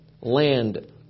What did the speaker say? land